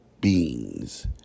Beings